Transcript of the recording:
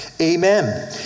Amen